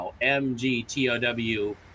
m-g-t-o-w